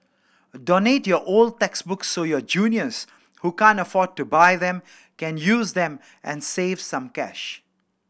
donate your old textbooks so your juniors who can't afford to buy them can use them and save some cash